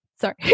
sorry